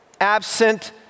absent